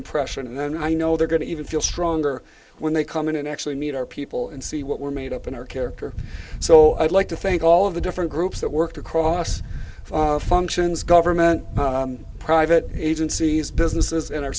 impression and then i know they're going to even feel stronger when they come in and actually meet our people and see what we're made up in our character so i'd like to thank all of the different groups that worked across functions government private agencies businesses in our